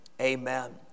amen